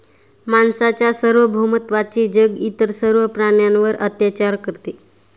माणसाच्या सार्वभौमत्वाचे जग इतर सर्व प्राण्यांवर अत्याचार करते